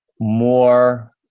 more